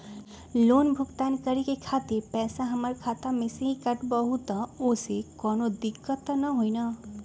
Loan भुगतान करे के खातिर पैसा हमर खाता में से ही काटबहु त ओसे कौनो दिक्कत त न होई न?